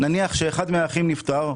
נניח שאחד מהאחים נפטר,